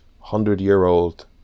hundred-year-old